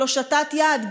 של הושטת יד,